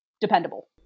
dependable